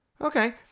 Okay